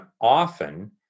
often